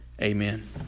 Amen